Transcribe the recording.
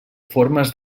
formes